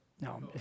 no